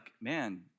man